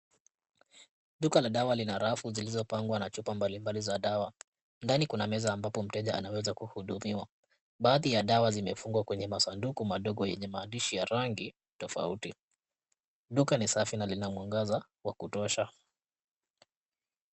Duka la dawa lina rafu zilizopangwa na chupa mbalimbali za dawa. Ndani kuna meza ambapo mteja anaweza kukuhudumiwa. Baadhi ya dawa zimefungwa kwenye masanduku madogo, yenye maandishi ya rangi tofauti. Duka ni safi na lina mwangaza wa kutosha.